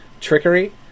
Trickery